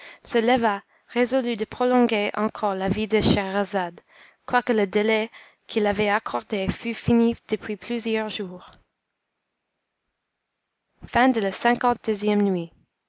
se leva résolu de prolonger encore la vie de scheherazade quoique le délai qu'il avait accordé fût fini depuis plusieurs jours liii nuit